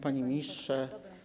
Panie Ministrze!